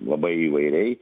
labai įvairiai